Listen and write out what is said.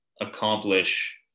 accomplish